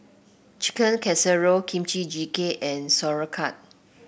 Chicken Casserole Kimchi Jjigae and Sauerkraut